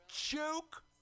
Joke